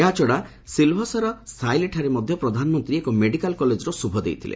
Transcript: ଏହାଛଡ଼ା ସିଲଭାସାର ସାଏଲିଠାରେ ମଧ୍ୟ ପ୍ରଧାନମନ୍ତ୍ରୀ ଏକ ମେଡ଼ିକାଲ କଲେଜର ଶୁଭ ଦେଇଥିଲେ